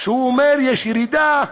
כשהוא אומר: יש ירידה,